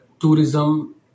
tourism